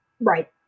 Right